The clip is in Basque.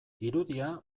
irudia